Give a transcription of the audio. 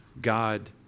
God